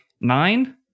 Nine